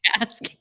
ask